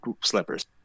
slippers